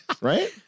right